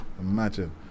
Imagine